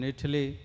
Italy